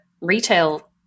retail